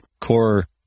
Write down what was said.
core